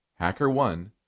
HackerOne